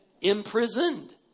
imprisoned